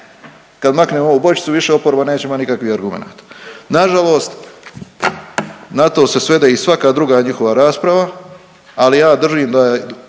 kad maknemo ovu bočicu više oporba neće imati nikakvih argumenata. Nažalost, na to se svede i svaka druga njihova rasprava, ali ja držim da